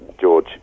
George